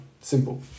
Simple